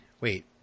wait